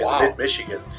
mid-Michigan